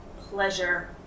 pleasure